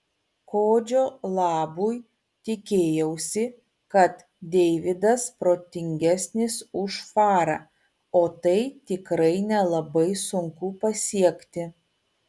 kodžio labui tikėjausi kad deividas protingesnis už farą o tai tikrai nelabai sunku pasiekti